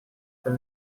from